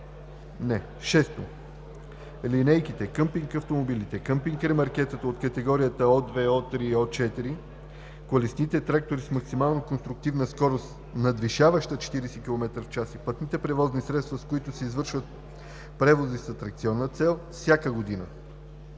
L6, L6e 6. линейките, къмпинг-автомобилите, къмпинг-ремаркетата от категорията О2, О3 и О4, колесните трактори с максимална конструктивна скорост, надвишаваща 40 км/ч и пътните превозни средства, с които се извършват превози с атракционна цел – всяка година“.